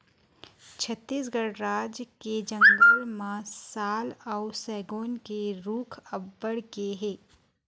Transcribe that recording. छत्तीसगढ़ राज के जंगल म साल अउ सगौन के रूख अब्बड़ के हे